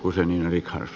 arvoisa puhemies